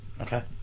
Okay